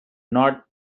not